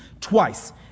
twice—